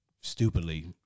stupidly